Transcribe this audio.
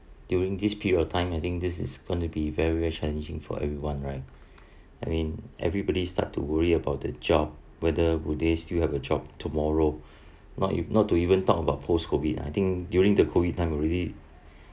during this period of time I think this is going to be very challenging for everyone right I mean everybody start to worry about the job whether would they still have a job tomorrow not you not to even talk about post-COVID I think during the COVID time already